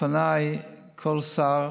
כל שר